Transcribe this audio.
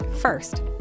First